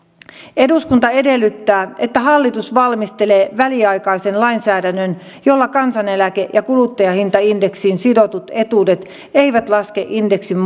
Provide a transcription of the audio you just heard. eduskunta edellyttää että hallitus valmistelee väliaikaisen lainsäädännön jolla kansaneläke ja kuluttajahintaindeksiin sidotut etuudet eivät laske indeksin